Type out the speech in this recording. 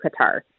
Qatar